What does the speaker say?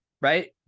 right